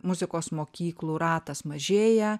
muzikos mokyklų ratas mažėja